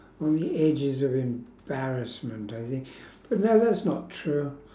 on the edges of embarrassment I think but that that's not true